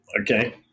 Okay